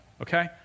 okay